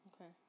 Okay